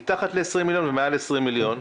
מתחת ל-20 מיליון ומעל ל-20 מיליון,